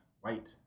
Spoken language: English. white